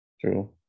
True